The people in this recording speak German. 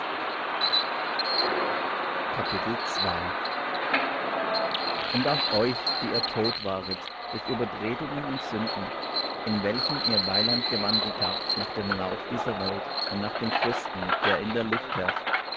und auch euch da ihr tot waret durch übertretungen und sünden in welchen ihr weiland gewandelt habt nach dem lauf dieser welt und nach dem fürsten der in der luft herrscht